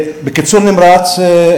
בקיצור נמרץ,